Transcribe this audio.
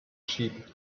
sheep